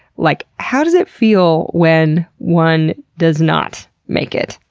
like how does it feel when one does not make it?